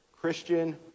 Christian